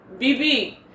BB